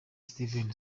steven